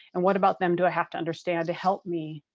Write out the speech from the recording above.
and what about them do i have to understand to help me,